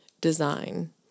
design